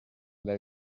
del